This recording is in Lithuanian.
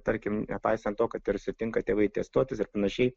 tarkim nepaisant to kad ir sutinka tėvai testuotis ir panašiai